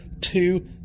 two